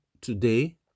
today